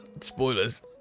spoilers